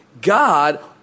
God